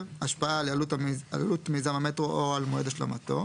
השפעה על עלות מיזם המטרו או על מועד השלמתו,